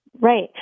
Right